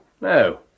No